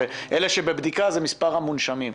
ואלה שבבדיקה זה מספר המונשמים.